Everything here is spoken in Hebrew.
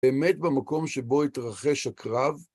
באמת במקום שבו התרחש הקרב